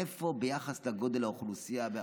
איפה ביחס לגודל האוכלוסייה?